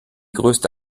größte